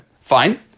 Fine